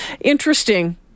interesting